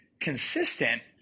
consistent